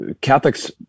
Catholics